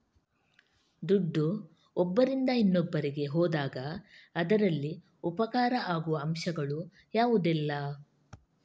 ದುಡ್ಡು ಒಬ್ಬರಿಂದ ಇನ್ನೊಬ್ಬರಿಗೆ ಹೋದಾಗ ಅದರಲ್ಲಿ ಉಪಕಾರ ಆಗುವ ಅಂಶಗಳು ಯಾವುದೆಲ್ಲ?